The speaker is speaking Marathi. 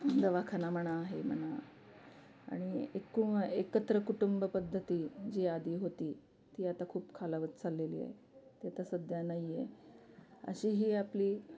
दवाखाना म्हणा हे म्हणा आणि एक एकत्र कुटुंब पद्धती जी आधी होती ती आता खूप खालावत चाललेली आहे ती आता सध्या नाही आहे अशी ही आपली